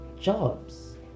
jobs